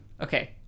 okay